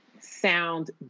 sound